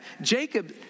Jacob